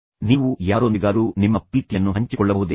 ಗಾಬರಿಯಾಗದೆ ನೀವು ಯಾರೊಂದಿಗಾದರೂ ನಿಮ್ಮ ಪ್ರೀತಿಯನ್ನು ಹಂಚಿಕೊಳ್ಳಬಹುದೇ